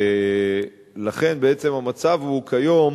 לכן, בעצם המצב כיום